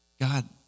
God